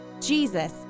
Jesus